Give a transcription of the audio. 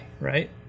right